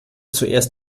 zuerst